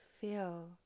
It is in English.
feel